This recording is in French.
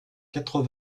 quatre